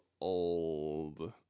old